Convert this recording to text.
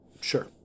sure